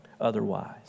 otherwise